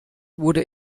wurde